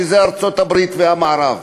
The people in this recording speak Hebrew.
שזה ארצות-הברית והמערב,